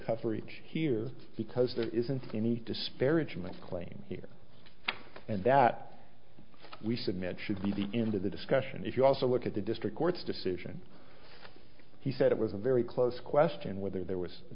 coverage here because there isn't any disparagement claim here and that we submit should be the end of the discussion if you also look at the district court's decision he said it was a very close question whether there was a